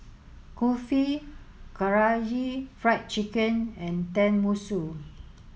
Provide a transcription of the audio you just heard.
Kulfi Karaage Fried Chicken and Tenmusu